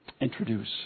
introduce